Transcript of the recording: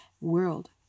world